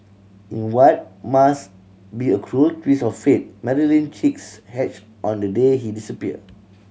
in what must be a cruel twist of fate Marilyn chicks hatched on the day he disappeared